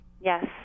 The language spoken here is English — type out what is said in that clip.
yes